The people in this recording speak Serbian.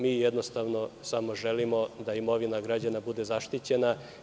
Mi, jednostavno, samo želimo da imovina građana bude zaštićena.